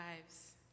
lives